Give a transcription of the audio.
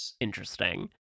interesting